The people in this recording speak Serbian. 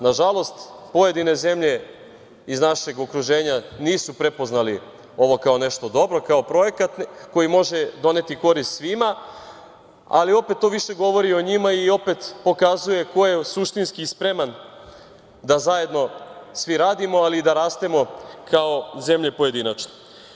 Nažalost, pojedine zemlje iz našeg okruženja nisu prepoznali ovo kao nešto dobro, kao projekat koji može doneti korist svima, ali opet to više govori o njima i opet pokazuje ko je suštinski spreman da zajedno svi radimo, ali i da rastemo kao zemlje pojedinačno.